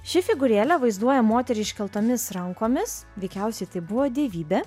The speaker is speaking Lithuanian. ši figūrėlė vaizduoja moterį iškeltomis rankomis veikiausiai tai buvo dievybė